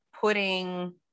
putting